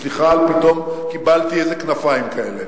סליחה, פתאום קיבלתי כנפיים כאלה.